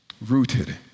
rooted